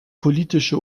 politische